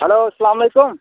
hello اَسَلامُ علیکُم